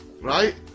Right